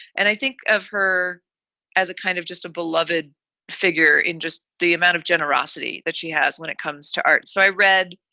and i think of her as a kind of just a beloved figure in just the amount of generosity that she has when it comes to art. so i read,